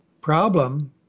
problem